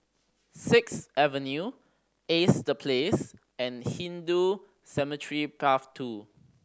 Sixth Avenue Ace The Place and Hindu Cemetery Path Two